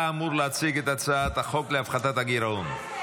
אתה אמור להציג את הצעת חוק להפחתת הגירעון.